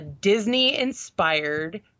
Disney-inspired